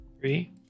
three